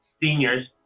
seniors